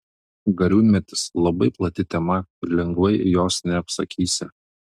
gariūnmetis labai plati tema ir lengvai jos neapsakysi